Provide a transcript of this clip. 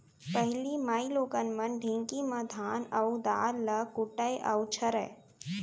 पहिली माइलोगन मन ढेंकी म धान अउ दार ल कूटय अउ छरयँ